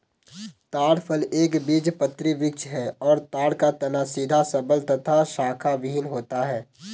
ताड़ फल एक बीजपत्री वृक्ष है और ताड़ का तना सीधा सबल तथा शाखाविहिन होता है